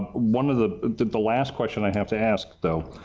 one of the the last question i have to ask, though,